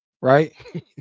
right